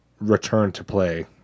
return-to-play